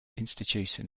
institution